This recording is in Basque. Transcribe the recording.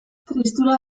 tristura